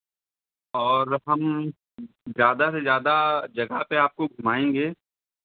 और हम ज़्यादा से ज़्यादा जगह पे आपको घुमाएँगे